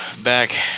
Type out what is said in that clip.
back